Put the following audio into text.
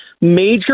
major